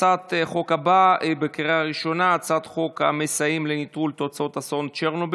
הצעת החוק התקבלה בקריאה הראשונה וחוזרת לדיון בוועדה לביטחון הפנים.